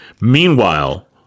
Meanwhile